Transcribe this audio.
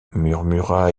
murmura